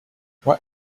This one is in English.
what